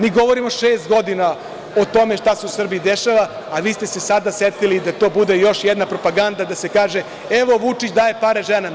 Mi govorimo šest godina o tome šta se u Srbiji dešava, a vi ste se sada setili da to bude još jedna propaganda da se kaže – Evo, Vučić daje pare ženama.